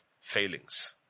failings